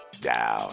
Down